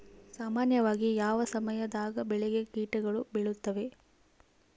ಸಾಮಾನ್ಯವಾಗಿ ಯಾವ ಸಮಯದಾಗ ಬೆಳೆಗೆ ಕೇಟಗಳು ಬೇಳುತ್ತವೆ?